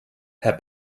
herr